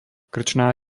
krčná